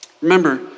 Remember